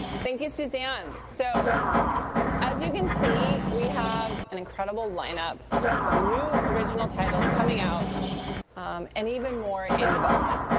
thank you, susanne. so as you can see, we have an incredible line-up of new original titles coming out and even more in development.